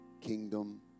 kingdom